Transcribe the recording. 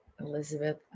Elizabeth